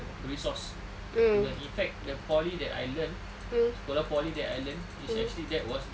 resource to the in fact the poly that I learn sekolah poly that I learn is actually that was the